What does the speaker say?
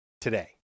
today